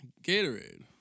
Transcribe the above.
Gatorade